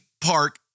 park